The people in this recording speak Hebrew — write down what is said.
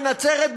בנצרת,